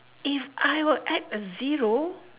if I were add a zero